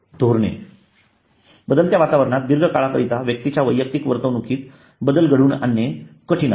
धोरण बदलत्या वातावरणात दीर्घकाळ करिता व्यक्तींच्या वैयक्तिक वर्तवणुकीत बदल घडवून आणणे कठीण आहे